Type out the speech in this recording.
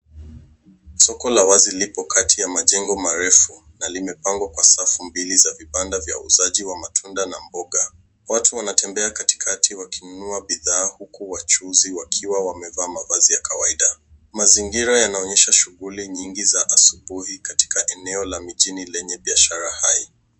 Soko la wazi liko kati ya majengo marefu na limepangwa kwa safu mbili za vibanda za uuzaji wa matunda na mboga. Watu wanatembea katikati wakinunua bidhaa huku wachuuzi wakiwa wamevaa mavazi ya kawaida. Mazingira yanaonyesha shughuli nyingi za asubuhi katika eneo la mijini lenye biashara hai.